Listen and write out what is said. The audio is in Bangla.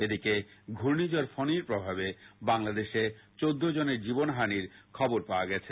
এদিকে ঘূর্ণিঝড় ফনীর প্রভাবে বাংলাদেশে চৌদ্দ জনের জীবনহানীর খবর পাওয়া গেছে